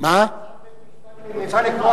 היא רוצה לקבוע